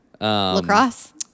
Lacrosse